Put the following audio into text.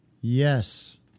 Yes